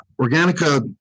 Organica